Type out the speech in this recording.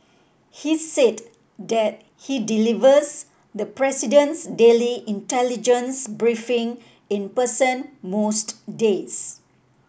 he's said that he delivers the president's daily intelligence briefing in person most days